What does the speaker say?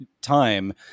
time